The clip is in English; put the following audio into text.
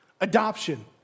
adoption